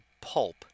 pulp